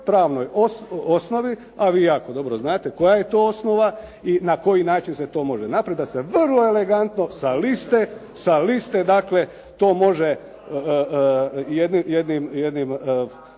pravnoj osnovi, a vi jako dobro znate koja je to osnova i na koji način se to može napraviti, da se vrlo elegantno sa liste dakle to može jednim